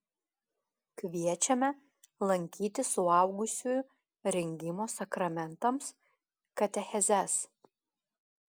kviečiame lankyti suaugusiųjų rengimo sakramentams katechezes